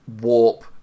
warp